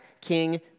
King